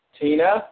Tina